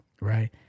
right